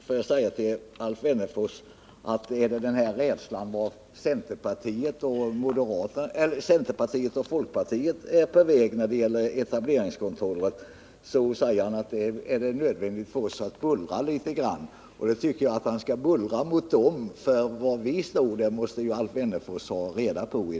Herr talman! Alf Wennerfors talar om en rädsla för vart centerpartiet och folkpartiet är på väg när det gäller etableringskontroll och säger att det är nödvändigt att bullra litet grand. Då tycker jag han skall bullra mot dem, för var vi står i detta sammanhang måste Alf Wennerfors ha reda på.